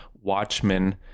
Watchmen